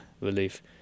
relief